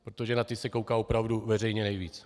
Protože na ty se kouká opravdu veřejně nejvíc.